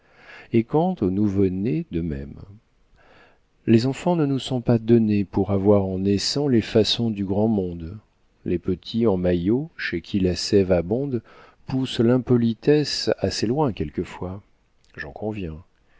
et quant aux nouveau-nés de même les enfants ne nous sont pas donnés pour avoir en naissant les façons du grand monde les petits en maillot chez qui la sève abonde poussent l'impolitesse assez loin quelquefois j'en conviens